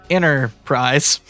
Enterprise